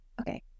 Okay